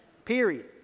Period